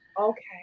Okay